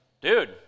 dude